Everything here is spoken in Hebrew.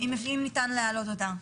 אם ניתן להעלות אותה.